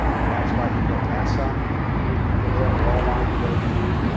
and that's why he built nasa with the million people there who all wanted to go to the moon.